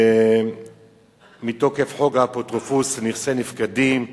מתוקף חוק האפוטרופוס לנכסי נפקדים,